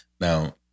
Now